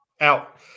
Out